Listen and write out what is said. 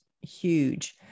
huge